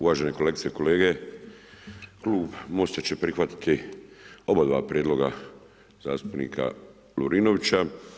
Uvažene kolegice i kolege, klub MOST-a će prihvatiti oba dva prijedloga zastupnika Lovrinovića.